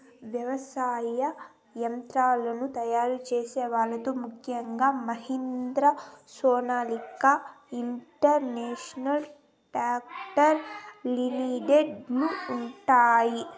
వ్యవసాయ యంత్రాలను తయారు చేసే వాళ్ళ లో ముఖ్యంగా Mahindra, Sonalika international tractor limited లు ఉన్నాయి